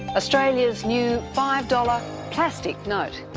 australia's new five dollar plastic note.